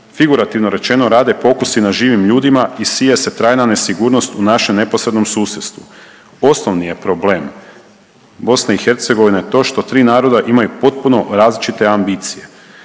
figurativno rečeno rade pokusi na živim ljudima i sije se trajna nesigurnost u našem neposrednom susjedstvu. Osnovni je problem BiH to što tri naroda imaju potpuno različite ambicije.